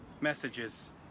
messages